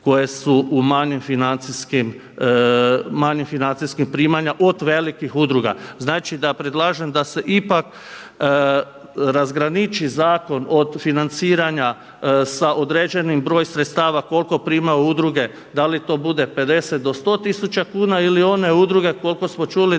koje su manjih financijskih primanja od velikih udruga. Znači da predlažem da se ipak razgraniči zakon od financiranja sa određenim broj sredstava koliko primaju udruge, da li to bude 50 do 100 tisuća kuna ili one udruge koliko smo čuli da